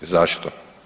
Zašto?